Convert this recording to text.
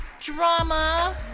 drama